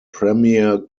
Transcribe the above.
premiere